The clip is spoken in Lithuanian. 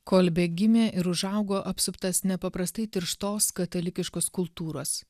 kolbė gimė ir užaugo apsuptas nepaprastai tirštos katalikiškos kultūros